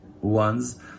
ones